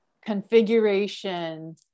configuration